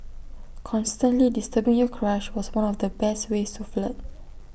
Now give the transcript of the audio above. constantly disturbing your crush was one of the best ways to flirt